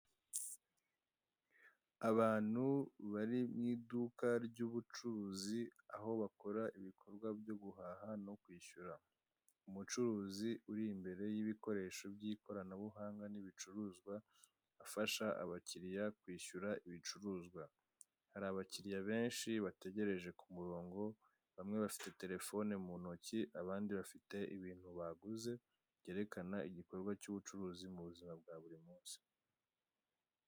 Abantu bari mu iduka ry'ubucuruzi aho bakora ibikorwa byo guhaha no kwishyura. Umucuruzi uri imbere y'ibikoresho by'ikoranabuhanga n'ibicuruzwa, afasha abakiriya kwishyura ibicuruzwa. Hari abakiriya benshi bategereje ku murongo, bamwe bafite telefoni mu ntoki, abandi bafite ibintu baguze, byerekana igikorwa cy'ubucuruzi mu buzima bwa buri munsi.